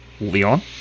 Leon